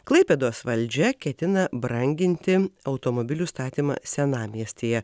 klaipėdos valdžia ketina branginti automobilių statymą senamiestyje